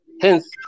hence